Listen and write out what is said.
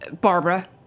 Barbara